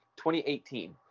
2018